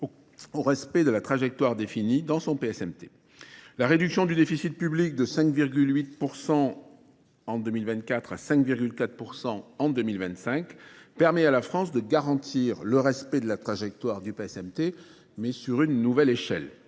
au respect de la trajectoire définie dans son PSMT. La réduction du déficit public de 5,8% entre 2024 et 5,4% en 2025, permet à la France de garantir le respect de la trajectoire du PSMT, mais sur une nouvelle échelle.